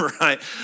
Right